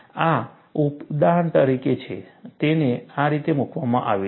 આ ઉદાહરણ તરીકે છે તેને આ રીતે મૂકવામાં આવ્યું છે